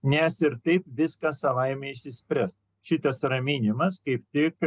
nes ir taip viskas savaime išsispręs šitas raminimas kaip tik